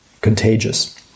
contagious